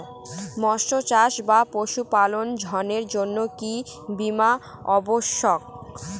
মৎস্য চাষ বা পশুপালন ঋণের জন্য কি বীমা অবশ্যক?